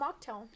mocktail